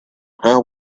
how